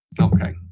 Okay